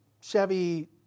Chevy